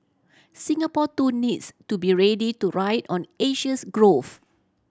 Singapore too needs to be ready to ride on Asia's growth